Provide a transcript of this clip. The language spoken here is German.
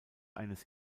eines